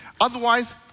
Otherwise